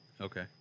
Okay